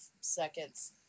seconds